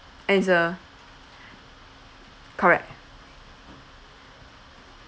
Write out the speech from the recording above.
and it's a correct